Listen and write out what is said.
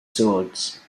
swords